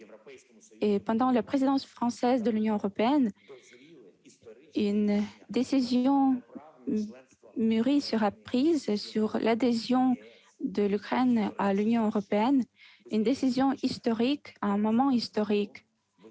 Pendant la présidence française de l'Union européenne, une décision mûrie sera prise sur l'adhésion de l'Ukraine à l'Union européenne : ce sera une décision historique à un moment historique,